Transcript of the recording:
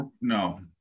no